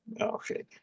Okay